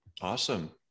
Awesome